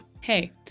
hey